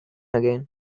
again